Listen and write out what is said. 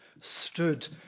stood